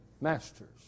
masters